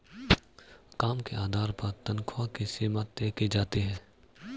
काम के आधार पर तन्ख्वाह की सीमा तय की जाती है